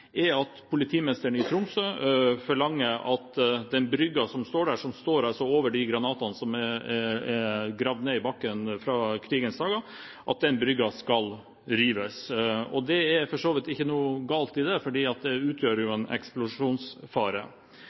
brygga som står der, som står over de granatene som er gravd ned i bakken fra krigens dager, skal rives. Det er for så vidt ikke noe galt i det, for det utgjør en eksplosjonsfare.